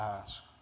ask